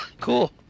Cool